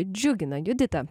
džiugina judita